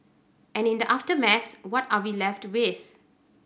and in the aftermath what are we left with